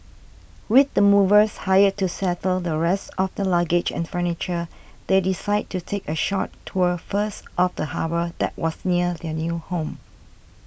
with the movers hired to settle the rest of their luggage and furniture they decided to take a short tour first of the harbour that was near their new home